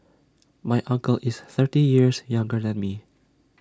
my uncle is thirty years younger than me